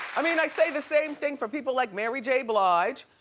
i mean i say the same thing for people like mary j. blige.